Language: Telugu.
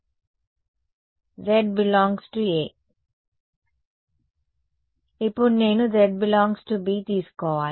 LA 2 ∫ IAz' Kzz′ dz' LB 2 ∫ IB z" Kzz′' dz" − EizA z ∈ A −LB 2 ఇప్పుడు నేను z ∈ B తీసుకోవాలి